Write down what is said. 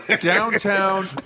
downtown